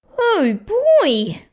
oh boy!